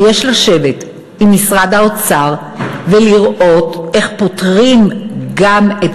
ויש לשבת עם משרד האוצר ולראות איך פותרים גם את